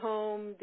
Home